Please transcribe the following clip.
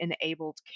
enabled